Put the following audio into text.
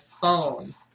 phone